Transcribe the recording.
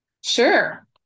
Sure